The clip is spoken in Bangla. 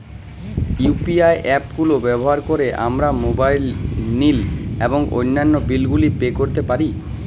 ইউ.পি.আই অ্যাপ গুলো ব্যবহার করে আমরা মোবাইল নিল এবং অন্যান্য বিল গুলি পে করতে পারি